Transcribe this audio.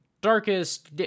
darkest